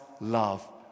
love